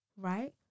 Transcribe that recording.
Right